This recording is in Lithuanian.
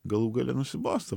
galų gale nusibosta